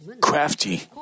crafty